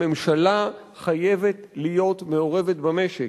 הממשלה חייבת להיות מעורבת במשק.